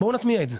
בואו נטמיע את זה.